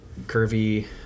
curvy